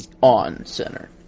On-center